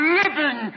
living